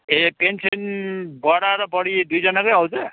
ए pension बडा र बडी दुईजनाकै आउँछ